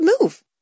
move